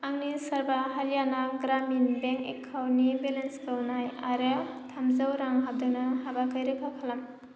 आंनि सारवा हारियाना ग्रामिन बेंक एकाउन्टनि बेलेन्सखौ नाय आरो थामजौ रां हाबदों ना हाबाखै रोखा खालाम